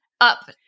up